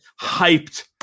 hyped